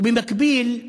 במקביל,